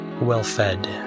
Well-fed